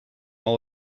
all